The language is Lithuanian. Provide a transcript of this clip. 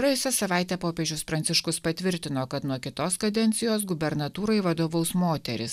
praėjusią savaitę popiežius pranciškus patvirtino kad nuo kitos kadencijos gubernatūrai vadovaus moteris